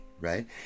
right